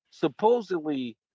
supposedly